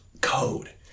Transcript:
code